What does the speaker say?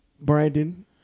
Brandon